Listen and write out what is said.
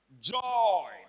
joy